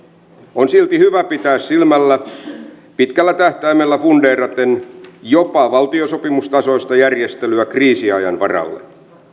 on silti hyvä pitää silmällä pitkällä tähtäimellä fundeeraten jopa valtiosopimustasoista järjestelyä kriisiajan varalle